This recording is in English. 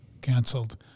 canceled